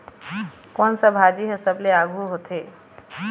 कोन सा भाजी हा सबले आघु होथे?